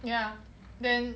ya then